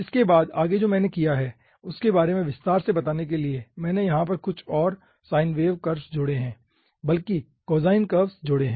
इसके बाद आगे जो मैंने किया है उसके बारे में विस्तार से बताने के लिए मैंने यहाँ पर कुछ और साइन वेव कर्व्स जोड़े हैं बल्कि कॉसाइन कर्व्स जोडे हैं